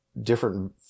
different